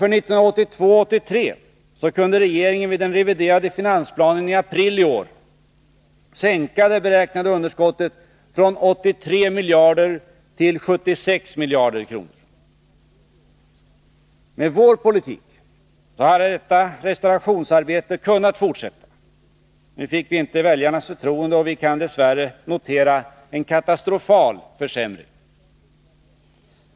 För 1982/83 kunde regeringen vid den reviderade finansplanen i april i år sänka det beräknade underskottet från 83 miljarder kronor till 76 miljarder kronor. Med vårpolitik hade detta restaurationsarbete kunnat fortsätta. Nu fick vi inte väljarnas förtroende, och vi kan dess värre notera en katastrofal försämring.